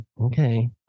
Okay